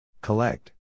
Collect